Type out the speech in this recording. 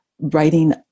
writing